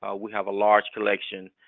ah we have a large collection.